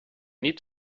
need